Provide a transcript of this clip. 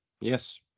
yes